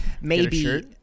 maybe-